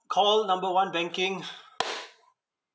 call number one banking